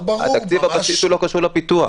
תקציב הבסיס לא קשור לפיתוח.